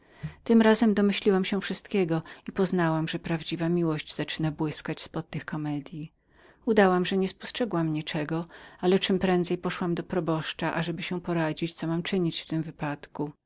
tym razem dorozumiałam się wszystkiego i poznałam że prawdziwa miłość zaczynała błyskać z pod tych komedyi udałam że niepostrzegam niczego ale czemprędzej poszłam do proboszcza ażeby się poradzić co mam czynić w tym wypadku